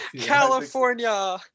California